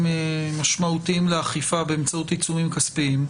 משמעותיים לאכיפה באמצעות עיצומים כספיים.